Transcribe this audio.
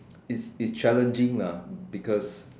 it's it challenging lah because